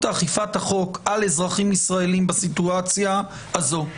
אכיפת החוק על אזרחים ישראלים בסיטואציה הזו.